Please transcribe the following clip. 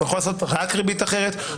יכול לעשות רק ריבית אחרת,